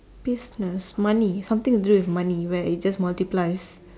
business money something to do with money where it just multiplies